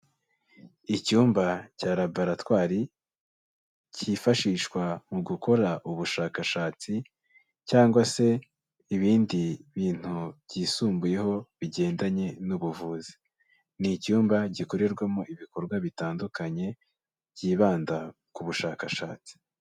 Icyumba cya laboratwari cyifashishwa mu gukora ubushakashatsi cyangwa se ibindi bintu byisumbuyeho bigendanye n'ubuvuzi, ni icyumba gikorerwamo ibikorwa bitandukanye byibanda ku bushakashatsi.